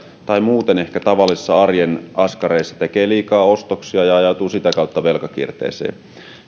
tai muuten ehkä tavallisissa arjen askareissa tekee liikaa ostoksia ja ajautuu sitä kautta velkakierteeseen ja